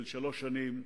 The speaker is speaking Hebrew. של שלוש שנים,